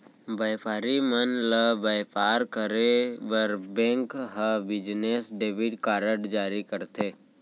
बयपारी मन ल बयपार करे बर बेंक ह बिजनेस डेबिट कारड जारी करथे